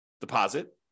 deposit